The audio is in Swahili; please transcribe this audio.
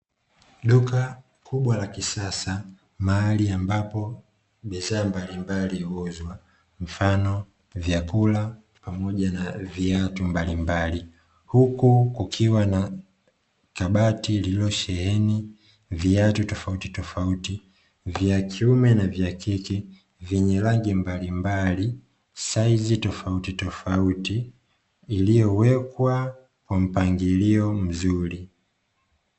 Duka kubwa la kisasa mahali ambapo bidhaa mbalimbali huuzwa, mfano vyakula pamoja na viatu mbalimbali. Huku kukiwa na kabati lililosheheni viatu tofautitofauti vya kiume na vya kike, vyenye rangi mbalimbali saizi tofautitofauti, iliyowekwa kwa mpangilio mzuri.